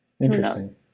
Interesting